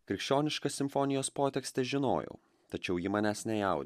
krikščionišką simfonijos potekstę žinojau tačiau ji manęs nejaudino